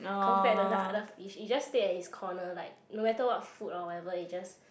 compared to the other fish it just stayed at its corner like no matter what food or whatever it just